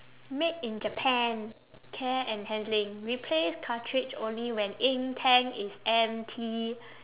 made in japan care and handling replace cartridge only when ink tank is empty